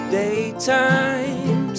daytime